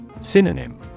Synonym